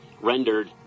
rendered